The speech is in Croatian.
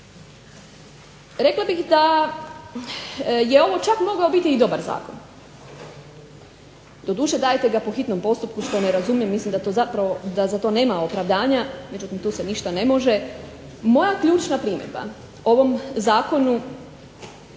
Rekla bih da je ovo čak mogao biti i dobar zakon. Doduše, dajete ga po hitnom postupku što ne razumijem. Mislim da za to nema opravdanja. Međutim, tu se ništa ne može. Moja ključna primjedba ovom Zakonu